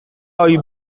hori